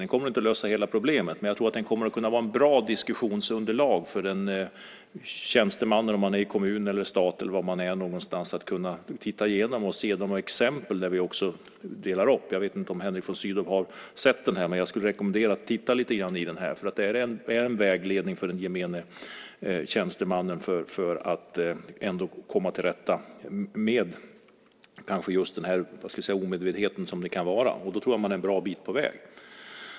Den kommer inte att lösa hela problemet, men jag tror att den kommer att kunna vara ett bra diskussionsunderlag för en tjänsteman i stat eller kommun. Man kan där hitta exempel. Jag vet inte om Henrik von Sydow har sett den här skriften. Jag rekommenderar dig att titta i den. Det är en vägledning för tjänstemannen att komma till rätta med den omedvetenhet det kan vara fråga om. Då är man en bra bit på väg.